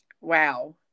wow